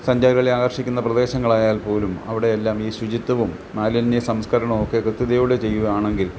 സഞ്ചാരികളെ ആകർഷിക്കുന്ന പ്രദേശങ്ങളായാൽ പോലും അവിടെ എല്ലാം ഈ ശുചിത്വവും മാലിന്യ സംസ്കരണവും ഒക്കെ കൃത്യതയോടെ ചെയ്യുവാണങ്കിൽ